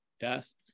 yes